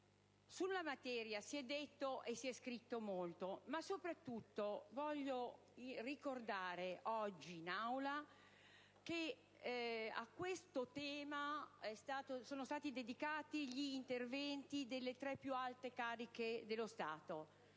Sulla materia si è detto e si è scritto molto, ma soprattutto voglio ricordare oggi in Aula che a questo tema sono stati dedicati gli interventi delle tre più alte cariche dello Stato